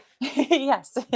yes